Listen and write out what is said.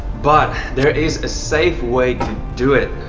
but there is a safe way to do it.